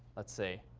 let's see,